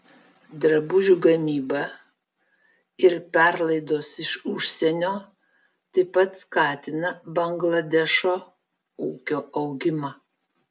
drabužių gamyba ir perlaidos iš užsienio taip pat skatina bangladešo ūkio augimą